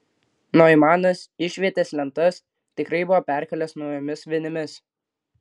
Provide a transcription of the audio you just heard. noimanas išvietės lentas tikrai buvo perkalęs naujomis vinimis